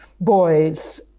boys